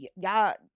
y'all